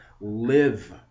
live